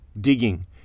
digging